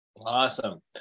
Awesome